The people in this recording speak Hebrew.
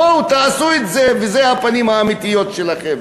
בואו, תעשו את זה, ואלה הפנים האמיתיות שלכם.